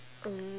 um